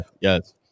yes